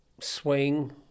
swing